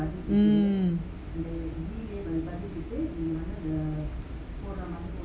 mm